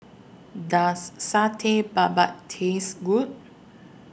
Does Satay Babat tastes Good